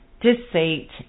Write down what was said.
deceit